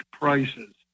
prices